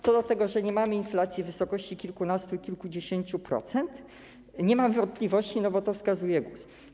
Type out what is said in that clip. Co do tego, że nie mamy inflacji w wysokości kilkunastu i kilkudziesięciu procent, nie ma wątpliwości, bo na to wskazuje GUS.